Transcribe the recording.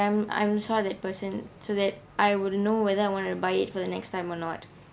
I'm I'm saw that person so that I would know whether I wanted to buy it for the next time or not